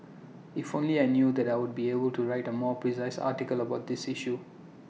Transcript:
if only I knew that I would be able to write A more precise article about this issue